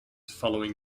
following